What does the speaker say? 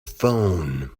phone